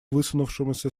высунувшемуся